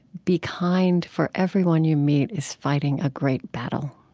be kind for everyone you meet is fighting a great battle.